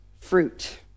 fruit